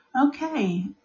okay